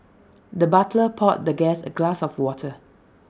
the butler poured the guest A glass of water